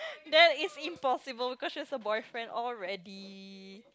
that is impossible because she has a boyfriend already